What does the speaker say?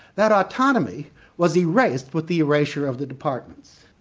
that autonomy was erased with the erasure of the departments.